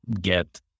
get